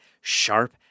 sharp